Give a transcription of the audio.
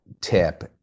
tip